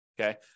Okay